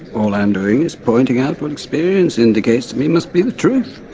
all i'm doing is pointing out what experience indicates to me must be the truth.